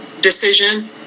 decision